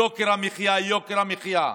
יוקר המחיה, יוקר המחיה.